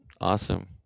Awesome